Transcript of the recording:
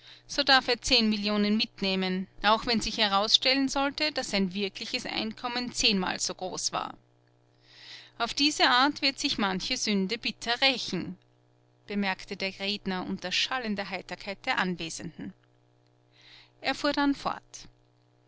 so darf er zehn millionen mitnehmen auch wenn sich herausstellen sollte daß sein wirkliches einkommen zehnmal so groß war auf diese art wird sich manche sünde bitter rächen bemerkte der redner unter schallender heiterkeit der anwesenden er fuhr dann fort